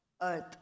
Earth